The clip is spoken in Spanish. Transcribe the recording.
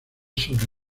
sobre